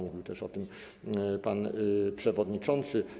Mówił też o tym pan przewodniczący.